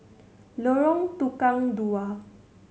Lorong Tukang Dua